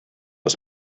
ist